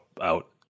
out